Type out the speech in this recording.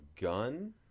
gun